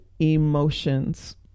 emotions